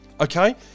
Okay